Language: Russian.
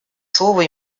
слово